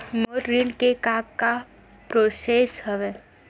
मोर ऋण के का का प्रोसेस हवय?